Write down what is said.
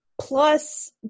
plus